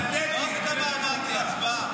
לא "הסכמה" אמרתי, "הצבעה".